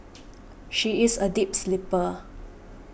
she is a deep sleeper